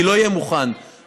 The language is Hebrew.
אני לא אהיה מוכן להשמצות,